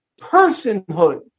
personhood